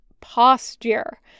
posture